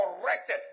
corrected